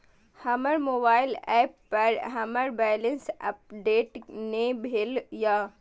हमर mobile app पर हमर बैलेंस अपडेट ने भेल या